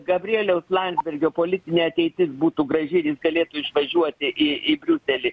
gabrieliaus landsbergio politinė ateitis būtų graži ir jis galėtų išvažiuoti į į briuselį